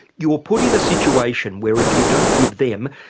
you are put in a situation where if you don't give them,